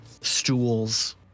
stools